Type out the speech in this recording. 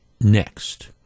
next